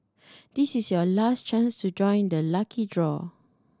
this is your last chance to join the lucky draw